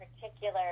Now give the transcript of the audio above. particular